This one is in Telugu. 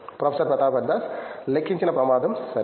ప్రొఫెసర్ ప్రతాప్ హరిదాస్ లెక్కించిన ప్రమాదం సరే